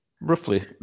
Roughly